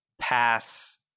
Pass